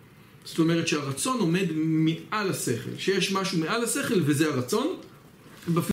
זאת אומרת שהרצון עומד מעל השכל, שיש משהו מעל השכל וזה הרצון